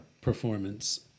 performance